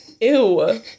Ew